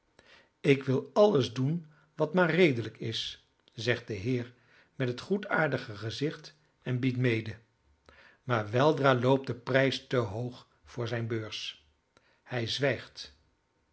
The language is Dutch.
ik wil alles doen wat maar redelijk is zegt de heer met het goedaardige gezicht en biedt mede maar weldra loopt de prijs te hoog voor zijne beurs hij